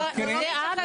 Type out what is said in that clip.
סליחה,